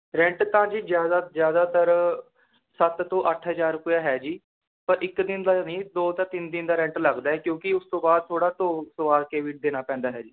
rent ਤਾਂ ਜੀ ਜ਼ਿਆਦਾ ਜ਼ਿਆਦਾਤਰ ਸੱਤ ਤੋਂ ਅੱਠ ਹਜ਼ਾਰ ਰੁਪਇਆ ਹੈ ਜੀ ਪਰ ਇੱਕ ਦਿਨ ਦਾ ਨਹੀਂ ਦੋ ਤ ਤਿੰਨ ਦਿਨ ਦਾ ਰੈਂਟ ਲੱਗਦਾ ਹੈ ਕਿਉਂਕਿ ਉਸ ਤੋਂ ਬਾਅਦ ਥੋੜ੍ਹਾ ਧੋ ਧੁਆ ਕੇ ਵੀ ਦੇਣਾ ਪੈਂਦਾ ਹੈ ਜੀ